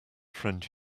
friend